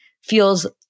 feels